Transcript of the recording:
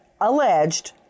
alleged